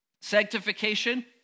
sanctification